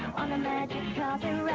on a magic